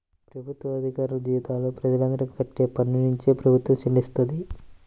ప్రభుత్వ అధికారులకు జీతాలు ప్రజలందరూ కట్టే పన్నునుంచే ప్రభుత్వం చెల్లిస్తది